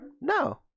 No